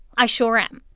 i sure am.